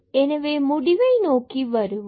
எனவே முடிவை நோக்கி வருவோம்